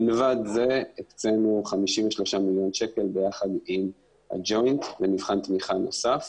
מלבד זה הקצינו 53 מיליון שקל ביחד עם הג'וינט במבחן תמיכה נוסף.